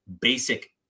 basic